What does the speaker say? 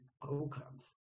programs